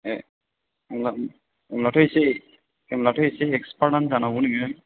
ए होनब्ला होनब्लाथ' इसे होनब्लाथ' इसे एक्सफार्तआनो जानांगौ नोङो